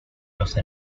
los